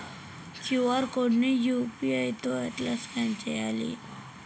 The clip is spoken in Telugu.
క్యూ.ఆర్ కోడ్ ని యూ.పీ.ఐ తోని ఎట్లా స్కాన్ చేయాలి?